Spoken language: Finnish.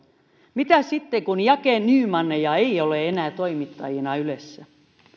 mitä sitten kun jakenymaneja ei ole enää toimittajina ylessä